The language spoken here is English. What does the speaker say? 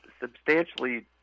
substantially